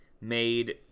made